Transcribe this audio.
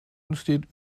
entsteht